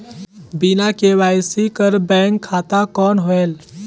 बिना के.वाई.सी कर बैंक खाता कौन होएल?